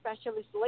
specialists